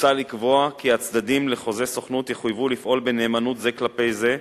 מוצע לקבוע כי הצדדים לחוזה סוכנות יחויבו לפעול בנאמנות זה כלפי זה,